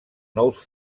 nous